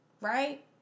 Right